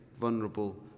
vulnerable